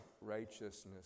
righteousness